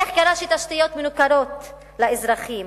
איך קרה שתשתיות מנוכרות לאזרחים?